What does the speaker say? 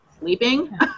sleeping